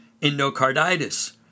endocarditis